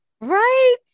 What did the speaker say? Right